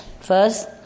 first